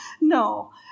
No